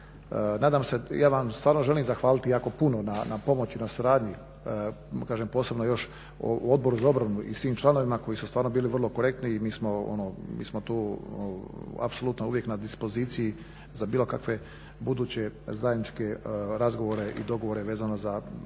Nadam se i ja vam stvarno želim zahvaliti jako puno na pomoći i na suradnji, kažem posebno Odboru za obranu i svim članovima koji su bili vrlo korektni i mi smo tu apsolutno tu na dispoziciji za bilo kakve buduće zajedničke razgovore i dogovore vezano za sve